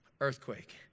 Earthquake